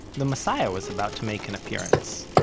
the messiah was about to make an appearance.